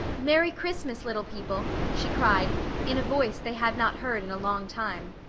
merry christmas, little people, she cried in a voice they had not heard in a long time.